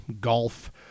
golf